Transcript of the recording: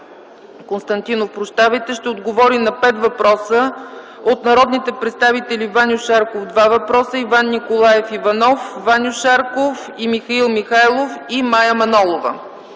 Константинов ще отговори на пет въпроса от народните представители Ваньо Шарков – два въпроса, Иван Николаев Иванов, Ваньо Шарков и Михаил Михайлов, и Мая Манолова.